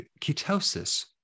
ketosis